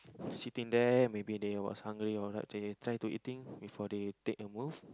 sitting there maybe they was hungry or something they try to eating before they take a move